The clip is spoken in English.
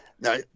Now